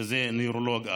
שזה נוירולוגיה,